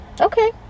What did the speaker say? Okay